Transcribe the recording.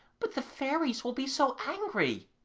but the fairies will be so angry